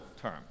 term